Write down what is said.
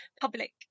public